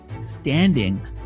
standing